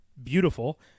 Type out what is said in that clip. Beautiful